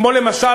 כמו למשל,